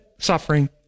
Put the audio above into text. suffering